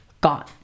gone